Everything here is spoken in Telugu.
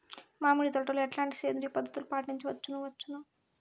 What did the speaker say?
మామిడి తోటలో ఎట్లాంటి సేంద్రియ పద్ధతులు పాటించవచ్చును వచ్చును?